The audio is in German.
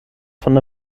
von